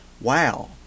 wow